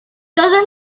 todos